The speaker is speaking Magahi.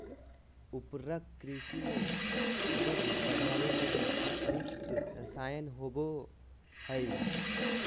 उर्वरक कृषि में उपज बढ़ावे लगी प्रयुक्त रसायन होबो हइ